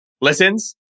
listens